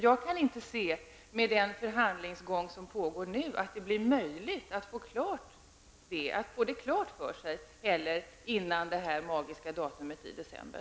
Jag kan inte med den förhandlingsgång som nu är aktuell se att det blir möjligt att få detta klart för sig före detta magiska datum i december.